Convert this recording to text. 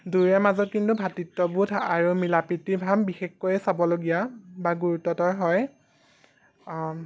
দুয়োৰে মাজত কিন্তু ভাতৃত্ববোধ আৰু মিলাপ্ৰীতি ভাব বেশিষকৈ চাবলগীয়া বা গুৰুতৰ হয়